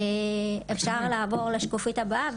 אפשר לעבור לשקופית הבאה,